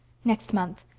next month.